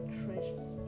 treasures